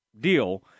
deal